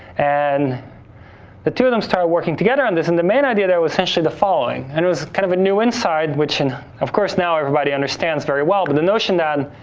and the two of them started working together on this, and the main idea was essentially the following, and it was kind of a new insight, which and of course, now, everybody understands very well, but the notion that